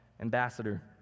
ambassador